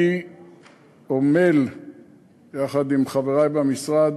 אני עמל יחד עם חברי במשרד